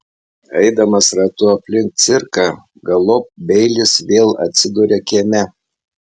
eidamas ratu aplink cirką galop beilis vėl atsiduria kieme